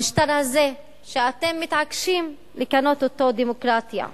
במשטר הזה, שאתם מתעקשים לכנות אותו דמוקרטיה,